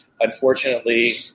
unfortunately